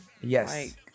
yes